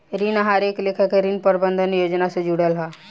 ऋण आहार एक लेखा के ऋण प्रबंधन योजना से जुड़ल हा